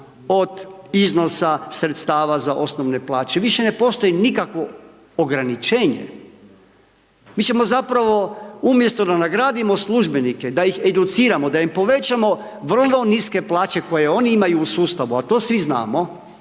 od iznosa sredstava za osnovne plaće, više ne postoji nikakvo ograničenje. Mi ćemo zapravo umjesto da nagradimo službenike, da ih educiramo, da im povećamo vrlo niske plaće koje oni imaju u sustavu, a to svi znamo,